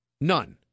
None